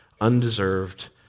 undeserved